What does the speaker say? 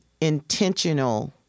intentional